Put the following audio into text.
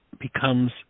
becomes